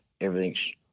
everything's